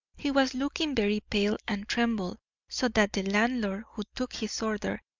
he was looking very pale, and trembled so that the landlord, who took his order,